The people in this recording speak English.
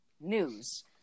news